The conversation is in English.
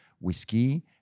whiskey